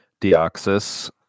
Deoxys